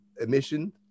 emission